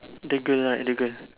the girl right the girl